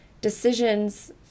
decisions